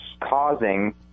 causing